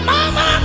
Mama